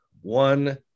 one